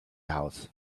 house